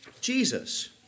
Jesus